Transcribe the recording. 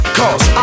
cause